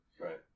Right